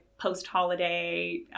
Post-holiday